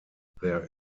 there